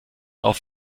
auf